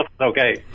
okay